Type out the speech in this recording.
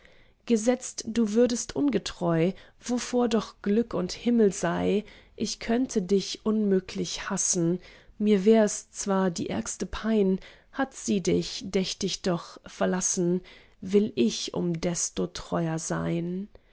gesetzt du würdest ungetreu wovor doch glück und himmel sei ich könnte dich unmöglich hassen mir wär es zwar die ärgste pein hat sie dich dächt ich doch verlassen will ich um desto treuer sein